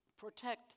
protect